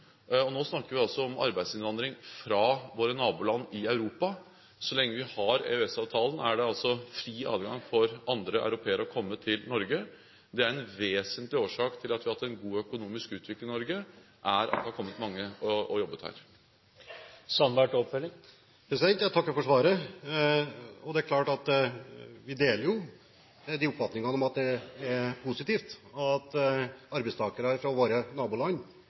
Nå snakker vi altså om arbeidsinnvandring fra våre naboland i Europa. Så lenge vi har EØS-avtalen, er det altså fri adgang for andre europeere å komme til Norge. En vesentlig årsak til at vi har hatt en god økonomisk utvikling i Norge, er at det er kommet mange og jobbet her. Jeg takker for svaret. Det er klart at vi deler oppfatningen om at det er positivt at arbeidstakere fra våre naboland